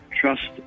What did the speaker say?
trust